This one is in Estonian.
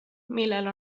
millel